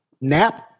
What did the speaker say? Nap